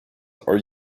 are